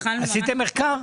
עשיתם מחקר?